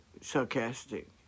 sarcastic